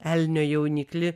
elnio jauniklį